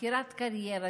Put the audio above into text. בחירת קריירה,